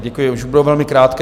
Děkuji, už budou velmi krátké.